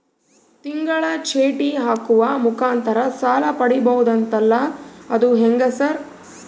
ತಿಂಗಳ ಚೇಟಿ ಹಾಕುವ ಮುಖಾಂತರ ಸಾಲ ಪಡಿಬಹುದಂತಲ ಅದು ಹೆಂಗ ಸರ್?